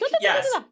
Yes